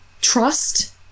Trust